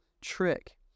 trick